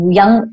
young